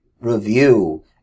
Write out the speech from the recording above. review